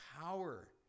power